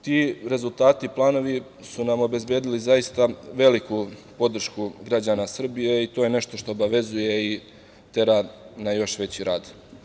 Ti rezultati, planovi su nam obezbedili zaista veliku podršku građana Srbije i to je nešto što obavezuje i tera na još veći rad.